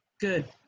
Good